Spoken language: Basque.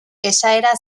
esaera